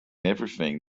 everything